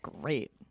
great